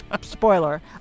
spoiler